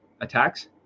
attacks